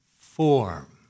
form